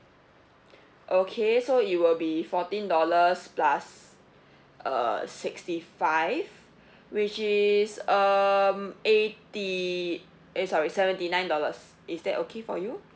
okay so it will be fourteen dollars plus err sixty five which is um eighty eh sorry seventy nine dollars is that okay for you